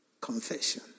confession